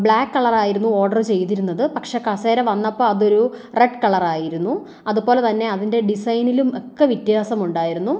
black colour ആയിരുന്നു order ചെയ്തിരുന്നത് പക്ഷേ കസേര വന്നപ്പോൾ അത് ഒരു റെഡ് കളർ ആയിരുന്നു അതുപോലെ തന്നെ അതിൻ്റെ ഡിസൈനിലും ഒക്കെ വ്യത്യാസമുണ്ടായിരുന്നു